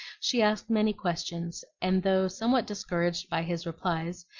she asked many questions and though somewhat discouraged by his replies,